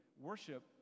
worship